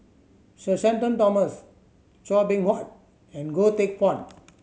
Sir Shenton Thomas Chua Beng Huat and Goh Teck Phuan